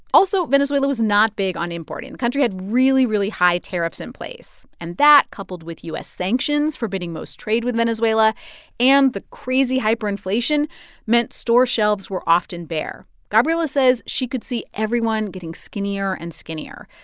also, venezuela was not big on importing. the country had really, really high tariffs in place. and that coupled with u s. sanctions forbidding most trade with venezuela and the crazy hyperinflation meant store shelves were often bare gabriela says she could see everyone getting skinnier and skinnier.